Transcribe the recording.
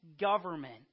government